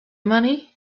money